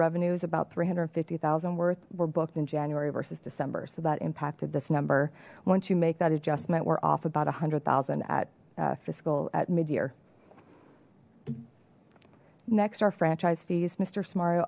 revenues about three hundred and fifty thousand worth were booked in january versus december so that impacted this number once you make that adjustment we're off about a hundred thousand at fiscal at mid year next our franchise fees mister smart